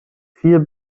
vier